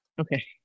Okay